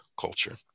culture